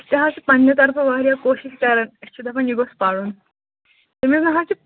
أسۍ حظ چھِ پَننہِ طرفہٕ واریاہ کوٗشِش کَران أسۍ چھِ دَپان یہِ گوٚژھ پَرُن أمِس نہَ حظ چھُ